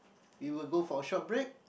we will go for a short break